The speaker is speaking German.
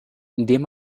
indem